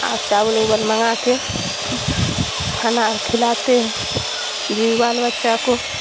اور چاول اول منگا کے کھانا کھلاتے ہیں بیوی بال بچہ کو